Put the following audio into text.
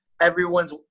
Everyone's